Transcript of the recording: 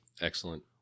Excellent